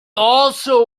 also